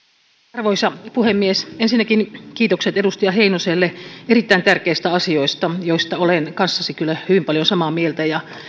arvoisa puhemies ensinnäkin kiitokset edustaja heinoselle erittäin tärkeistä asioista joista olen kanssasi kyllä hyvin paljon samaa mieltä ja